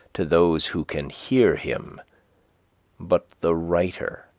to those who can hear him but the writer,